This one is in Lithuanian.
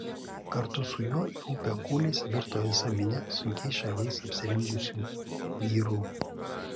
kartu su juo į upę kūliais virto visa minia sunkiais šarvais apsirengusių vyrų